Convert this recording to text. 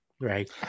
right